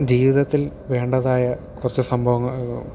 ജീവിതത്തിൽ വേണ്ടതായ കുറച്ച് സംഭവങ്ങൾ